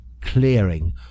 Clearing